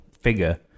figure